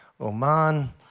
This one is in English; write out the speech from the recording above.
Oman